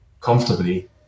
comfortably